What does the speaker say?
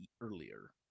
earlier